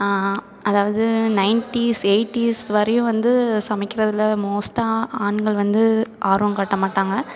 அதாவது nineties eighties வரையும் வந்து சமைக்கிறதில் மோஸ்ட்டாக ஆண்கள் வந்து ஆர்வம் காட்ட மாட்டாங்க